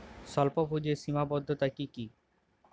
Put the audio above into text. স্বল্পপুঁজির সীমাবদ্ধতা কী কী?